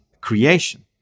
creation